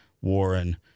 Warren